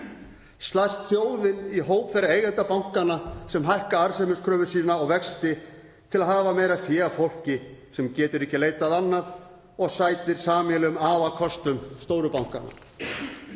Slæst þjóðin í hóp þeirra eigenda bankanna sem hækka arðsemiskröfu sína og vexti til að hafa meira fé af fólki sem getur ekki leitað annað og sætir sameiginlegum afarkostum stóru bankanna?